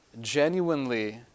genuinely